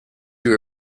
who